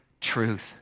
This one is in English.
truth